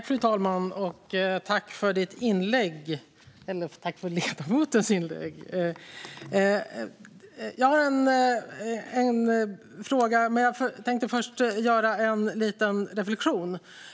Fru talman! Jag tackar för ledamotens inlägg. Jag har en fråga, men jag tänkte först göra en liten reflektion.